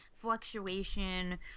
fluctuation